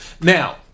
Now